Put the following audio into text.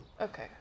Okay